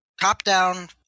Top-down